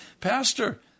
Pastor